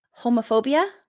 homophobia